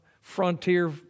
frontier